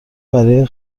برای